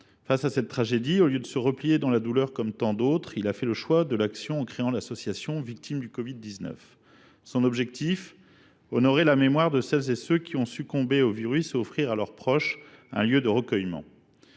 Face à cette tragédie, au lieu de se replier dans la douleur comme tant d’autres, il a fait le choix de l’action, en créant l’association Victimes du covid 19, dont l’objectif est d’honorer la mémoire de ceux qui ont succombé au virus et d’offrir à leurs proches un lieu de recueillement.